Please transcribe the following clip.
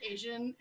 Asian